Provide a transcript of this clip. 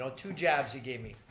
so two jabs he gave me.